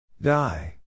Die